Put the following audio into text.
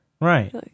Right